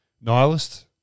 nihilist